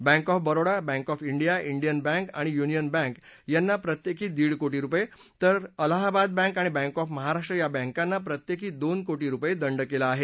bank of Baroda Bank of India Indian Bank आणि Union Bank यांना प्रत्येकी दीड कोटी रुपये तर अलाहाबाद बँक आणि बँक ऑफ महाराष्ट्र या बँकांना प्रत्येकी दोन कोटी रुपये दंड केला आहे